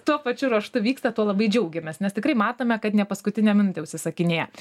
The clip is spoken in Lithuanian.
tuo pačiu ruožtu vyksta tuo labai džiaugiamės nes tikrai matome kad ne paskutinę minutę užsisakinėja